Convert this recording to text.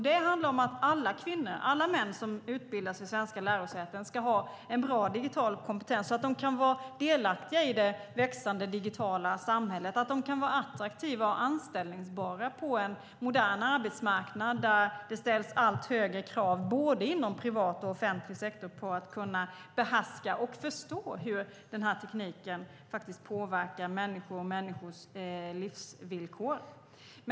Det handlar om att alla kvinnor och män som utbildas vid svenska lärosäten ska ha en bra digital kompetens, så att de kan vara delaktiga i det växande digitala samhället, så att de kan vara attraktiva och anställningsbara på en modern arbetsmarknad där det ställs allt högre krav, inom både privat och offentlig sektor, på att behärska och förstå hur den här tekniken påverkar människor och människors livsvillkor.